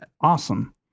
awesome